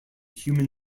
human